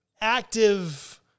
active